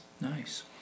Nice